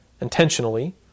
intentionally